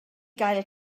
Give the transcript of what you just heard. gael